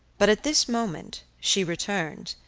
but at this moment she returned,